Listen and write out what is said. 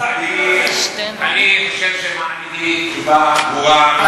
מי שיכולים להעביר לוועדה אלו אנשים שאינם נמנים עם המציעים,